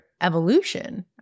evolution